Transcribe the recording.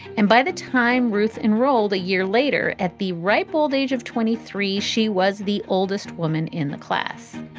and by the time ruth enrolled a year later at the ripe old age of twenty three, she was the oldest woman in the class